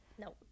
No